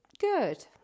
good